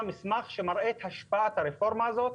מסמך שמראה את השפעת הרפורמה הזאת,